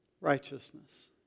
righteousness